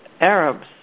Arabs